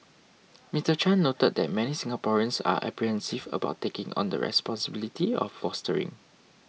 Mister Chan noted that many Singaporeans are apprehensive about taking on the responsibility of fostering